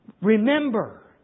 remember